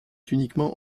uniquement